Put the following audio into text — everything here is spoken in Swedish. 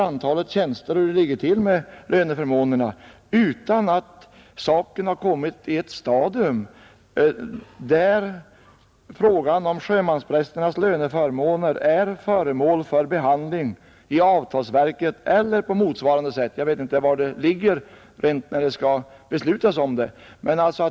Det som sägs om utredningsarbete överst på s. 4 i betänkandet avser alltså enligt min mening inte bara den utredning som sjömansvårdsstyrelsen själv har gjort och som visar vilket antal tjänster det gäller och hur det förhåller sig med löneförmånerna.